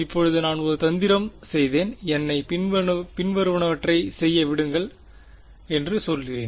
இப்போது நான் ஒரு தந்திரம் செய்தேன் என்னை பின்வருவனவற்றைச் செய்ய விடுங்கள் என்று சொன்னேன்